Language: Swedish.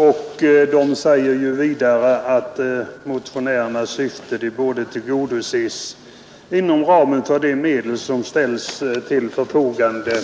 Utskottet framhåller vidare att motionärernas syfte borde tillgodoses inom ramen för de medel som ställs till förfogande